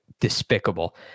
despicable